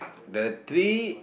the three